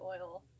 Oil